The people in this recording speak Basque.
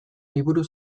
liburu